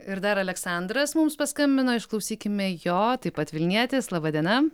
ir dar aleksandras mums paskambino išklausykime jo taip pat vilnietis laba diena